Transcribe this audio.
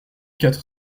quatre